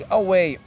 away